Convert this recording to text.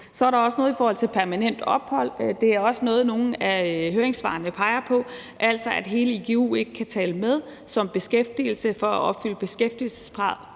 Så er der også noget i forhold til permanent opholdstilladelse. Det er også noget, som nogle af høringssvarene peger på, altså at hele igu'en ikke kan tælle med som beskæftigelse i forhold til at opfylde beskæftigelseskravet